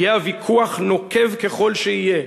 יהיה הוויכוח נוקב ככל שיהיה,